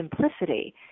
simplicity